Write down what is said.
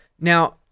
Now